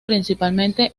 principalmente